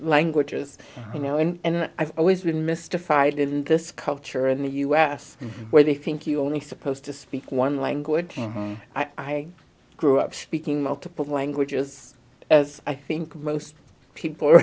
languages you know and i've always been mystified in this culture in the u s where they think you're only supposed to speak one language i grew up speaking multiple languages as i think most people